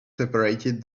separated